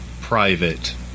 private